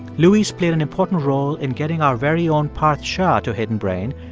luis played an important role in getting our very own parth shah to hidden brain,